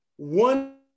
One